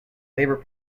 labor